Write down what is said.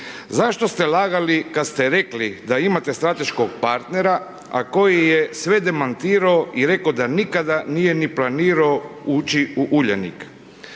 zašto ste lagali kad ste rekli da imate strateškog partnera, a koji je sve demantirao i rekao da nikada nije ni planirao ući u Uljanik.